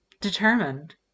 Determined